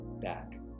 back